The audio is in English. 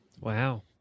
Wow